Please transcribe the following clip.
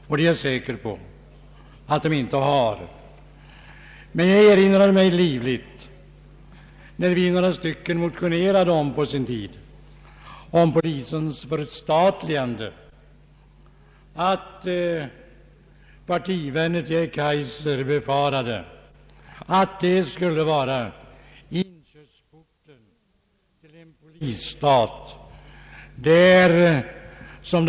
Jag är säker på att han inte har någon sådan önskan, men jag erinrar mig livligt att partivänner till herr Kaijser, när jag tillsammans med några andra ledamöter på sin tid motionerade om polisens förstatligande, befarade att detta skulle vara inkörsporten till en polisstat.